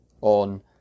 on